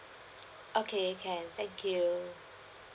okay can thank you